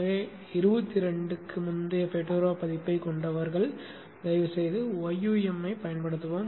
எனவே 22 க்கு முந்தைய ஃபெடோரா பதிப்பைக் கொண்டவர்கள் தயவுசெய்து yum ஐப் பயன்படுத்தவும்